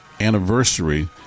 anniversary